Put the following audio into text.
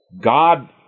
God